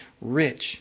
rich